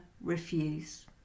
refuse